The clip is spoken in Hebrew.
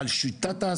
אם זה על שיטת העסקה,